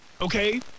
Okay